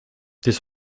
this